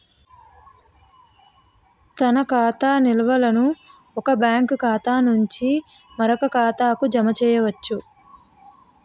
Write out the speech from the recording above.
తన ఖాతా నిల్వలను ఒక బ్యాంకు ఖాతా నుంచి మరో బ్యాంక్ ఖాతాకు జమ చేయవచ్చు